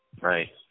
Right